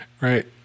right